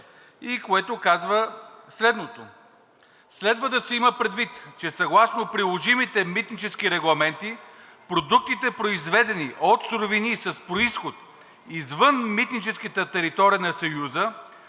и което казва следното: „Следва да се има предвид, че съгласно приложимите митнически регламенти продуктите, произведени от суровини с произход, извън митническите територии на Съюза,